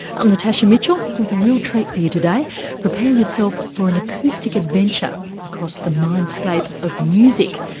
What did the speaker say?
i'm natasha mitchell with a real treat for you today prepare yourself for an acoustic adventure across the mindscape of music.